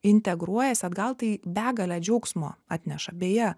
integruojasi atgal tai begalę džiaugsmo atneša beje